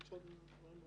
לא.